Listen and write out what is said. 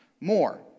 more